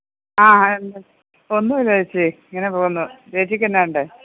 ആ എന്താ ഒന്നുമില്ല ചേച്ചി ഇങ്ങനെ പോകുന്നു ചേച്ചിക്ക് എന്നാ ഉണ്ട്